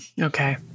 okay